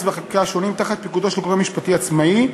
והחקיקה השונים תחת פיקודו של גורם משפטי עצמאי,